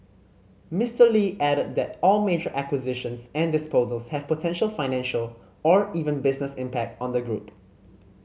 Mister Lee added that all major acquisitions and disposals have potential financial or even business impact on the group